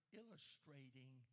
illustrating